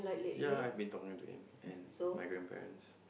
ya I've been talking to him and my grandparents